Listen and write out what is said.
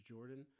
Jordan